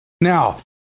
now